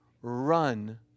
Run